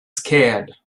scared